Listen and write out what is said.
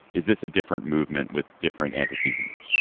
is this a different movement with different antecedents?